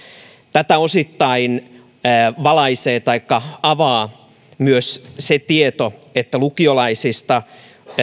tätä osittain valaisee taikka avaa myös se tieto että lukiolaisista